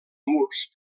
murs